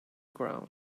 ground